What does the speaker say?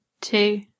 two